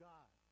God